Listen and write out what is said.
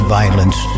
violence